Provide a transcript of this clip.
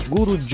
Guru